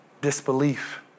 disbelief